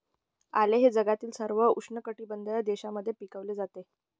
आले हे जगातील सर्व उष्णकटिबंधीय देशांमध्ये पिकवले जाते